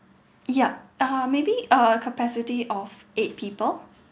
yup uh maybe uh capacity of eight people